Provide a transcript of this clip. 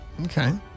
okay